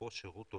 אפרופו שירות הולם,